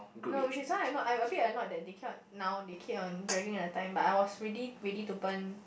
no which is why no I I'm a bit annoyed that they keep on now they keep on dragging the time but I was ready ready to burn